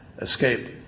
escape